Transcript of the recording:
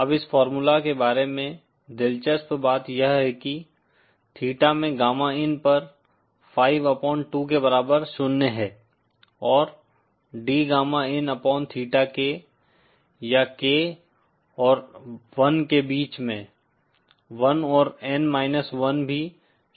अब इस फार्मूला के बारे में दिलचस्प बात यह है कि थीटा में गामा इन पर 5 अपॉन 2 के बराबर शून्य है और D gamma n upon theta k या k और 1 के बीच में 1 और N माइनस 1 भी शून्य के बराबर है